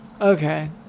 Okay